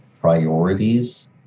priorities